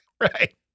Right